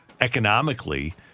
economically